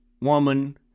woman